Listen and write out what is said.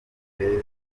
beza